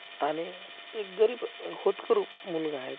आणि एक गरीब होतकरू मुलगा आहे तो